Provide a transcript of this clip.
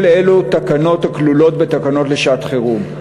כל אלו, תקנות הכלולות בתקנות לשעת-חירום.